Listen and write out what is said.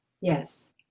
Yes